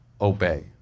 obey